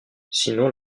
sinon